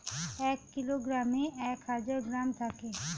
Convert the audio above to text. এক কিলোগ্রামে এক হাজার গ্রাম থাকে